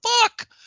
fuck